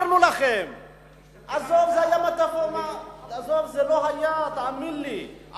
לא, אבל המשבר, עזוב, זה לא היה, תאמין לי.